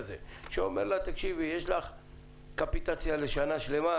כזה שאומר לה שיש לה קפיטציה לשנה שלמה,